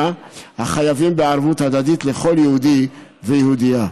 החייבים בערבות הדדית לכל יהודי ויהודייה.